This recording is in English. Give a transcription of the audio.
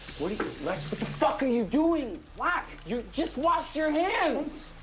what are you, les, what the fuck are you doing? what? you just washed your hands.